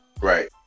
Right